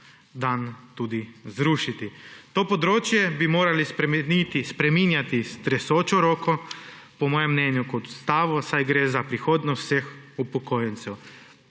dan tudi zrušiti. To področje bi morali spreminjati s tresočo roko, po mojem mnenju kot Ustavo, saj gre za prihodnost vseh upokojencev.